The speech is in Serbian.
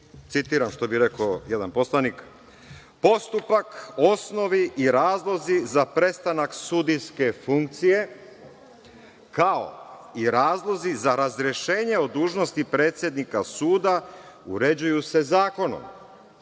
citiram, što bi reko jedan poslanik. Postupak osnovi i razlozi za prestanak sudijske funkcije, kao i razlozi za razrešenje o dužnosti predsednika suda uređuju se zakonom.